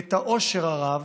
את העושר הרב